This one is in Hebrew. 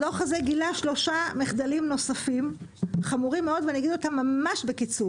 הדוח הזה גילה 3 מחדלים נוספים חמורים מאוד ואני אגיד אותם ממש בקיצור.